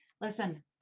listen